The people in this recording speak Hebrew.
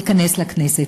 תיכנס לכנסת.